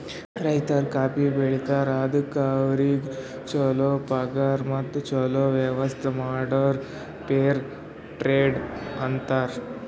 ರೈತರು ಕಾಫಿ ಬೆಳಿತಾರ್ ಅದುಕ್ ಅವ್ರಿಗ ಛಲೋ ಪಗಾರ್ ಮತ್ತ ಛಲೋ ವ್ಯವಸ್ಥ ಮಾಡುರ್ ಫೇರ್ ಟ್ರೇಡ್ ಅಂತಾರ್